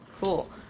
Cool